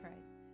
Christ